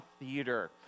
Theater